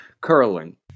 Curling